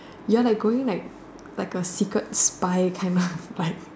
you are like going like like a secret spy kind but